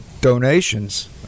donations